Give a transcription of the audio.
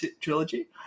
Trilogy